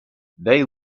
they